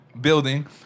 building